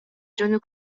дьону